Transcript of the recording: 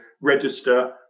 register